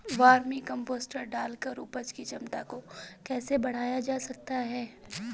Vermi compost डालकर उपज की क्षमता को कैसे बढ़ाया जा सकता है?